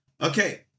Okay